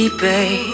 babe